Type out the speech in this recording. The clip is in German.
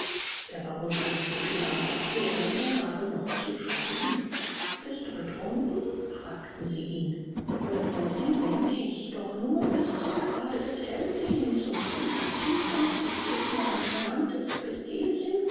der baron verlangte feder und papier denn er habe noch zu schreiben bist du betrunken fragten sie ihn betrunken bin ich doch nur bis zum grade des hellsehens und dieser zustand dictirt mir ein charmantes